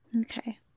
Okay